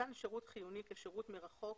מתן שירות חיוני כשירות מרחוק